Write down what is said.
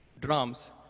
drums